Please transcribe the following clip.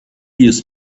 use